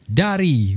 dari